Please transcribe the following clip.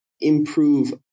improve